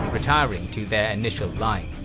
retiring to the initial line.